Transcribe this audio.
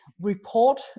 report